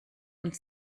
und